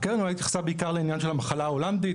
הקרן אולי התייחסה בעיקר לעניין של המחלה ההולנדית,